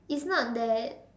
it's not that